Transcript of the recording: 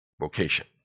vocation